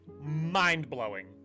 mind-blowing